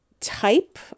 type